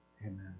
Amen